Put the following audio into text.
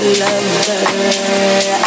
lover